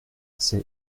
c’est